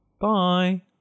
Bye